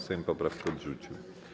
Sejm poprawkę odrzucił.